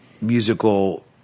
musical